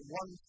one